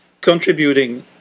contributing